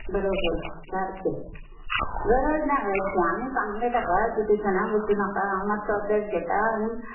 बरोबर सारकें गरज ना हरशीं आमी सांगलें ताका तूं टुशनांग वचूं नाका हांव मात्सो अभ्यास घेता आनी